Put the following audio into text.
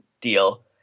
deal